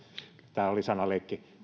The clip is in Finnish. tämä oli sanaleikki